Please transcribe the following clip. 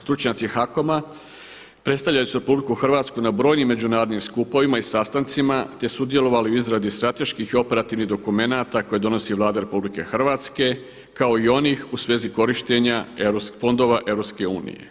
Stručnjaci HAKOM-a predstavljali su RH na brojnim međunarodnim skupovima i sastancima, te sudjelovali u izradi strateških operativnih dokumenata koje donosi Vlada RH kao i onih u svezi korištenja fondova EU.